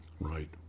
Right